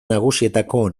nagusietako